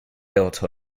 built